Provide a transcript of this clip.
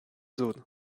zone